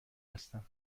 هستم